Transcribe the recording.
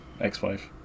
ex-wife